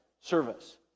service